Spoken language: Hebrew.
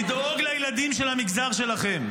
לדאוג לילדים של המגזר שלכם.